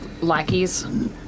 lackeys